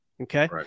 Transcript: Okay